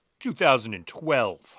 2012